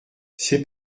c’est